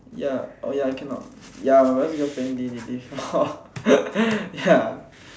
ya oh ya cannot ya my brother's girlfriend did it before ya